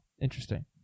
interesting